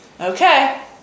Okay